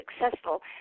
successful